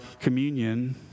communion